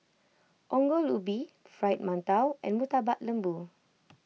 Ongol Ubi Fried Mantou and Murtabak Lembu